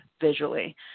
visually